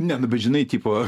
ne nu bet žinai tipo